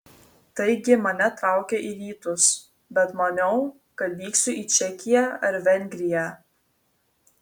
taigi mane traukė į rytus bet maniau kad vyksiu į čekiją ar vengriją